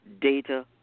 data